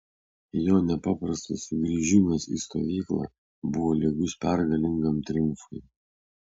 jo nepaprastas sugrįžimas į stovyklą buvo lygus pergalingam triumfui